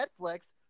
Netflix